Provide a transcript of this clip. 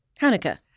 Hanukkah